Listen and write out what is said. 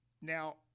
Now